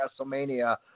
WrestleMania